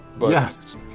Yes